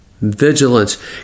vigilance